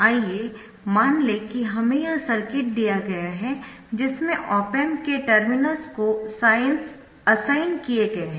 आइए मान लें कि हमें यह सर्किट दिया गया है जिसमे ऑप एम्प के टर्मिनल्स को साइन्स असाइन नहीं किये गए है